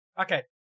Okay